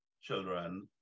children